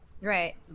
right